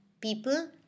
people